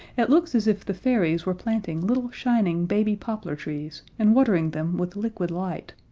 it looks as if the fairies were planting little shining baby poplar trees and watering them with liquid light.